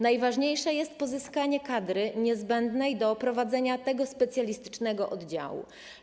Najważniejsze jest pozyskanie kadry niezbędnej do prowadzenia tego specjalistycznego oddziału.